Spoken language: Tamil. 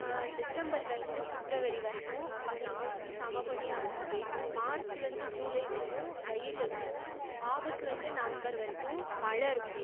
டிசம்பர்லேருந்து ஃபிப்ரவரி வரைக்கும் பனி செம பனியாக இருக்கும் மார்ச்சுலேருந்து ஜூலை வரையும் வெயில் இருக்கும் ஆகஸ்ட்லேருந்து நவம்பர் வரைக்கும் மழை இருக்கும்